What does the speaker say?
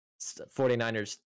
49ers